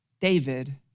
David